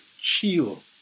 chill